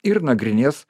ir nagrinės